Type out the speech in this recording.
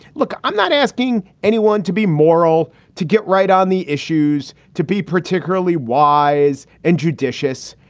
look, i'm not asking anyone to be moral to get right on the issues, to be particularly wise and judicious.